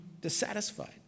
dissatisfied